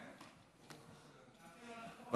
ברוך השם.